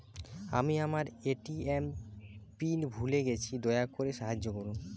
আমি আমার ATM PIN ভুলে গেছি, দয়া করে সাহায্য করুন